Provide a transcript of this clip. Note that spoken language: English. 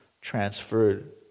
transferred